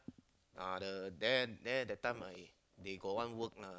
uh the there there that time I they got one work lah